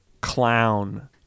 clown